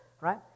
right